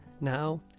now